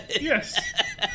Yes